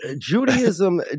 Judaism